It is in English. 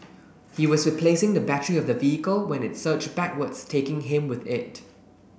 he was replacing the battery of the vehicle when it surged backwards taking him with it